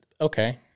Okay